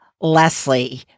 Leslie